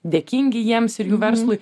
dėkingi jiems ir jų verslui